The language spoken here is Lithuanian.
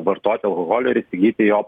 vartoti alkoholio ir įgyti jo